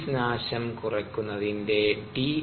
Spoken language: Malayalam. ഐസ് നാശം കുറയ്ക്കുന്നതിന് ഡി